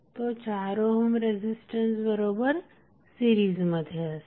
तो 4 ohm resistance बरोबर सिरीजमध्ये असेल